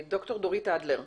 ד"ר דורית אדלר.